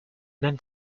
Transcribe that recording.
not